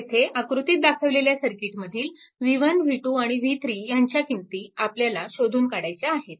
येथे आकृतीत दाखवलेल्या सर्किटमधील v1 v2 आणि v3 ह्यांच्या किंमती आपल्याला शोधून काढायच्या आहेत